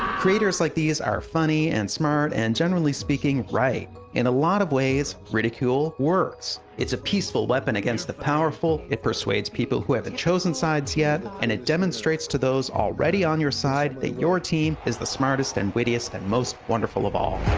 creators like these are funny and smart and, generally speaking, right. in a lot of ways, ridicule works. it's a peaceful weapon against the powerful. it persuades people who haven't chosen sides yet. and it demonstrates to those already on your side that your team is the smartest and wittiest and most wonderful of all.